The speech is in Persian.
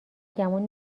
گمون